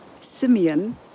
Simeon